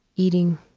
eating.